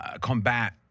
combat